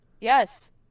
Yes